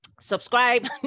subscribe